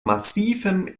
massivem